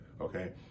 Okay